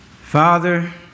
Father